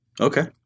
Okay